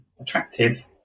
attractive